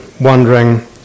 wondering